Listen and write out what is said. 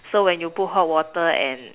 so when you put hot water and